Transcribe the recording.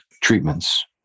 treatments